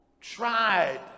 tried